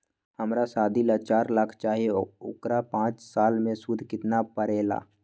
हमरा शादी ला चार लाख चाहि उकर पाँच साल मे सूद कितना परेला?